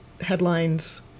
headlines